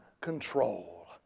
control